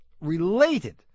related